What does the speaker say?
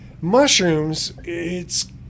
Mushrooms—it's